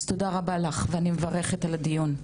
אז תודה רבה לך, ואני מברכת על הדיון.